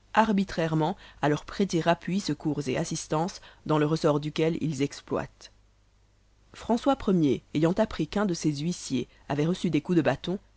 arbitrairement à leur prêter appui secours et assistance dans le ressort duquel ils exploitent françois ier ayant appris qu'un de ses huissiers avait reçu des coups de bâton